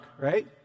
right